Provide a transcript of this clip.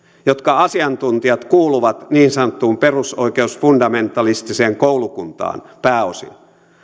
jotka asiantuntijat kuuluvat niin sanottuun perusoikeusfundamentalistiseen koulukuntaan pääosin